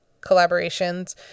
collaborations